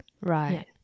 Right